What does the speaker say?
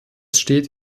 steht